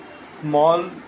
small